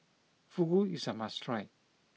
Fugu is a must try